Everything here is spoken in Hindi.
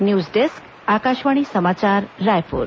न्यूज डेस्क आकाशवाणी समाचार रायपुर